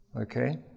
Okay